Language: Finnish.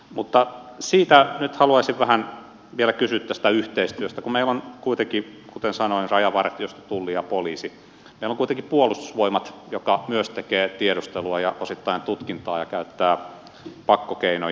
mutta tästä yhteistyöstä nyt haluaisin vähän vielä kysyä kun meillä on kuitenkin kuten sanoin rajavartiosto tulli ja poliisi meillä on kuitenkin puolustusvoimat joka myös tekee tiedustelua ja osittain tutkintaa ja käyttää pakkokeinoja